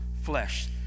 flesh